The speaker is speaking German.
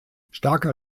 starker